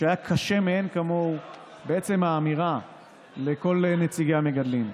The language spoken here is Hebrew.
שהיה קשה מאין כמוהו בעצם האמירה לכל סוגי המגדלים.